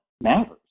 matters